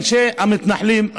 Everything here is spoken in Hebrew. אנשי המתנחלים,